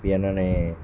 ਵੀ ਇਹਨਾਂ ਨੇ